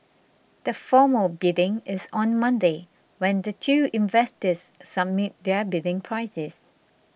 the formal bidding is on Monday when the two investors submit their bidding prices